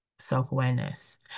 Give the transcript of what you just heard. Self-awareness